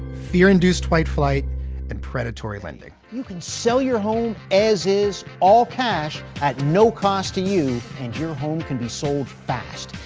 fear-induced white flight and predatory lending you can sell your home as is all cash at no cost to you, and your home can be sold fast,